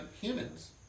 humans